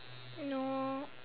no